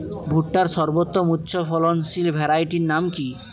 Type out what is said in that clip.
ভুট্টার সর্বোত্তম উচ্চফলনশীল ভ্যারাইটির নাম কি?